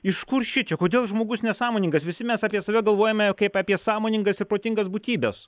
iš kur šičia kodėl žmogus nesąmoningas visi mes apie save galvojame jau kaip apie sąmoningas ir protingas būtybes